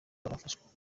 barafashwe